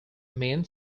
means